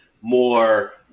more